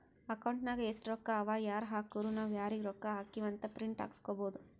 account ನಾಗ್ ಎಸ್ಟ್ ರೊಕ್ಕಾ ಅವಾ ಯಾರ್ ಹಾಕುರು ನಾವ್ ಯಾರಿಗ ರೊಕ್ಕಾ ಹಾಕಿವಿ ಅಂತ್ ಪ್ರಿಂಟ್ ಹಾಕುಸ್ಕೊಬೋದ